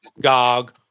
GOG